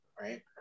right